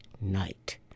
night